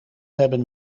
hebben